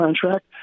contract